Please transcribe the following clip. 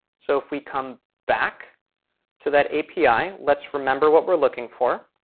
so if we come back to that api, let's remember what we're looking for.